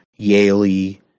Yaley